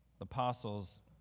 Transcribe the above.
apostles